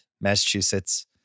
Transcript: Massachusetts